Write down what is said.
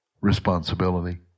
responsibility